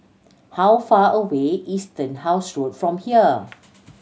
how far away is Turnhouse Road from here